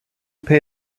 pay